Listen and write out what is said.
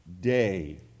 day